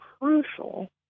crucial